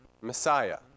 Messiah